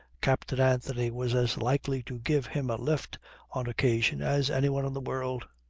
captain anthony was as likely to give him a lift on occasion as anyone in the world.